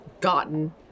gotten